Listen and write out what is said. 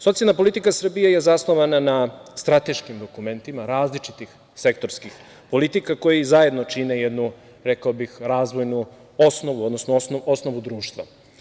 Socijalna politika Srbije je zasnovana na strateškim dokumentima različitih sektorskih politika koji zajedno čine jednu, rekao bih, razvojnu osnovu, odnosno osnovu društva.